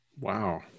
Wow